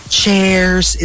chairs